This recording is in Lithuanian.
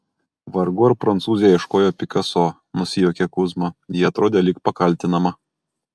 vargu ar prancūzė ieškojo pikaso nusijuokė kuzma ji atrodė lyg ir pakaltinama